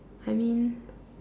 I mean